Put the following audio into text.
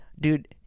dude